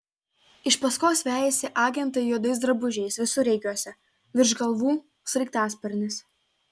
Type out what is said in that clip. iš paskos vejasi agentai juodais drabužiais visureigiuose virš galvų sraigtasparnis